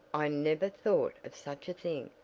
i never thought of such a thing.